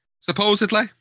Supposedly